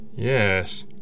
Yes